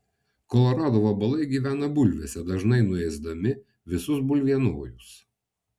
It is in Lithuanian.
kolorado vabalai gyvena bulvėse dažnai nuėsdami visus bulvienojus